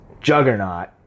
juggernaut